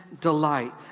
delight